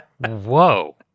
Whoa